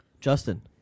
Justin